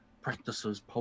practices